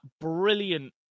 brilliant